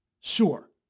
Sure